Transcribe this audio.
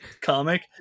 comic